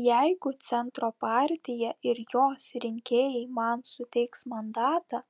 jeigu centro partija ir jos rinkėjai man suteiks mandatą